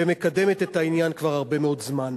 ומקדמת את העניין כבר הרבה מאוד זמן.